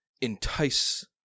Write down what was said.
entice